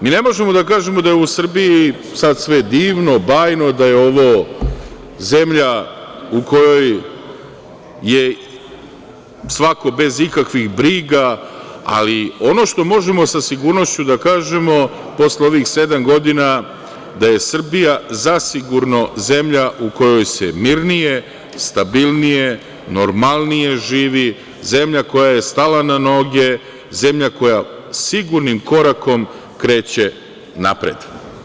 Mi ne možemo da kažemo da je u Srbiji sad sve divno, bajno, da je ovo zemlja u kojoj je svako bez ikakvih briga, ali ono što možemo sa sigurnošću da kažemo, posle ovih sedam godina, jeste da je Srbija zasigurno zemlja u kojoj se mirnije, stabilnije, normalnije živi, zemlja koja je stala na noge, zemlja koja sigurnim korakom kreće napred.